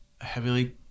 heavily